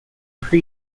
pre